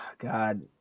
God